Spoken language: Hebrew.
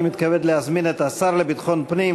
אני מתכבד להזמין את השר לביטחון פנים,